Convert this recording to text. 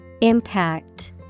Impact